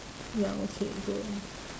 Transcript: ya okay good